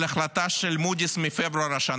על ההחלטה של מודי'ס מפברואר השנה.